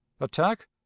attack